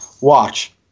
watch